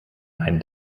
ein